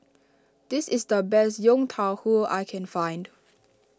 this is the best Yong Tau Foo that I can find